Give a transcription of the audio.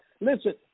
listen